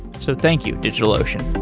so thank you, digitalocean